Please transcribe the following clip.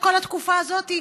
כל התקופה הזאת,